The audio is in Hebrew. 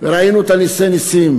וראינו את נסי-הנסים.